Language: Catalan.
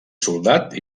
soldat